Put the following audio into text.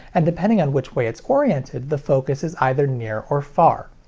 and depending on which way it's oriented, the focus is either near or far.